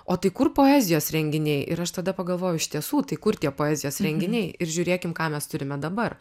o tai kur poezijos renginiai ir aš tada pagalvojau iš tiesų tai kur tie poezijos renginiai ir žiūrėkim ką mes turime dabar